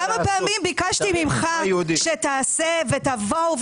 כמה פעמים ביקשתי ממך שתעשה ותבואו,